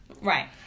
Right